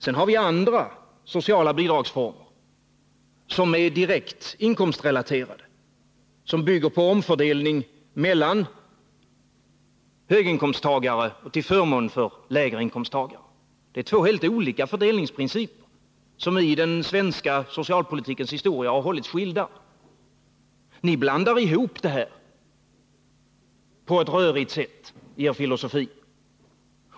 Sedan har vi andra sociala bidragsformer som är direkt inkomstrelaterade, som bygger på omfördelning från höginkomsttagare till förmån för lägre inkomsttagare. Det är två helt olika fördelningsprinciper, som i den svenska socialpolitikens historia har hållits skilda. Ni blandar ihop detta på ett rörigt sätt i er filosofi.